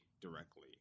directly